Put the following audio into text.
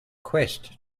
quest